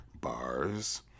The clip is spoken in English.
bars